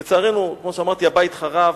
לצערנו, כמו שאמרתי, הבית חרב.